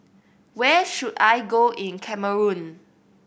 where should I go in Cameroon